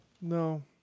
No